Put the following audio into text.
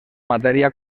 matèria